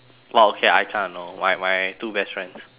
!wow! okay I kinda know my my two best friends